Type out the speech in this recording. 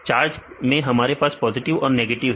charge में हमारे पास पॉजिटिव और नेगेटिव है